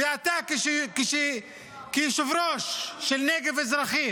ואתה, כיושב-ראש של הנגב המזרחי